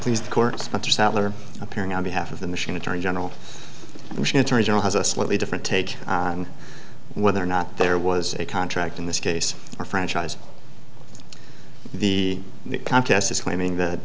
sattler appearing on behalf of the machine attorney general machine attorney general has a slightly different take on whether or not there was a contract in this case or franchise the contessa's claiming that